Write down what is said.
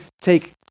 take